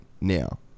now